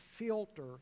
filter